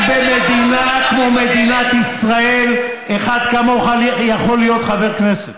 רק במדינה כמו מדינת ישראל אחד כמוך יכול להיות חבר כנסת.